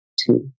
Two